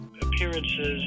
appearances